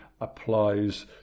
applies